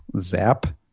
zap